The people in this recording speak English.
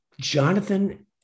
Jonathan